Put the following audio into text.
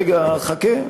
רגע, חכה.